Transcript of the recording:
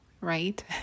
right